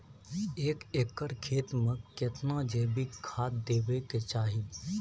एक एकर खेत मे केतना जैविक खाद देबै के चाही?